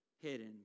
hidden